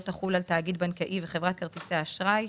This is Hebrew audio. תחול על תאגיד בנקאי וחברת כרטיסי אשראי,